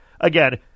again